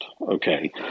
okay